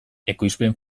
ekoizpen